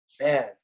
Man